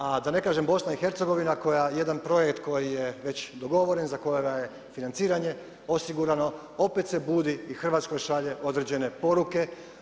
A da ne kažem BiH koja jedan projekt koji je već dogovoren, za kojega je financiranje odgurano, opet se budi i Hrvatskoj šalje određene poruke.